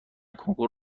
کنکور